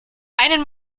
einen